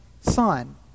son